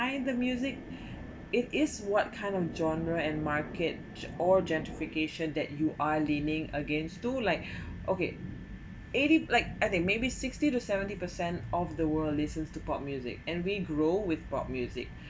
the music it is what kind of genre and market or gentrification that you are leaning against to like okay eighty like I think maybe sixty to seventy percent of the world listens to pop music and we grow with pop music